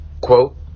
Quote